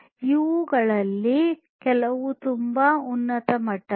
ಇವುಗಳಲ್ಲಿ ಕೆಲವು ತುಂಬಾ ಉನ್ನತ ಮಟ್ಟದವು